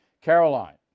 Caroline